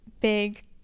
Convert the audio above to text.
big